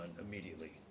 immediately